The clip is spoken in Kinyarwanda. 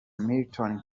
milton